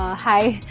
ah hi,